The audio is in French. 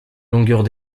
longueurs